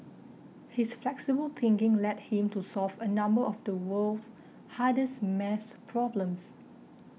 his flexible thinking led him to solve a number of the world's hardest math problems